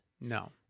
No